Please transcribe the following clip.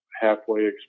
halfway